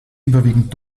überwiegend